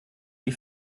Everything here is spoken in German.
die